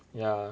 ya